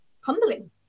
humbling